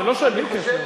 בלי קשר.